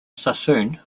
sassoon